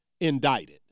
indicted